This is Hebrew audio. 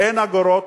אין אגורות,